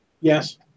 Yes